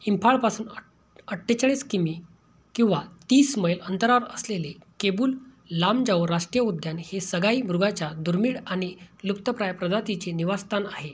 इम्फाळपासून अट् अठ्ठेचाळीस किमी किंवा तीस मैल अंतरावर असलेले केबुल लामजाओ राष्ट्रीय उद्यान हे संगाई मृगाच्या दुर्मिळ आणि लुप्तप्राय प्रजातींचे निवासस्थान आहे